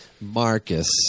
Marcus